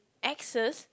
axes